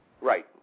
Right